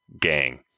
gang